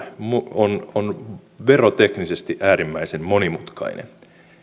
on on veroteknisesti äärimmäisen monimutkainen